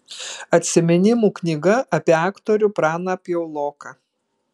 atsiminimų knyga apie aktorių praną piauloką